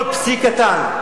כל פסיק קטן,